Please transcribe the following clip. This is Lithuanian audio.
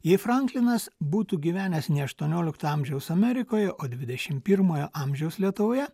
jei franklinas būtų gyvenęs ne aštuoniolikto amžiaus amerikoje o dvidešimt pirmojo amžiaus lietuvoje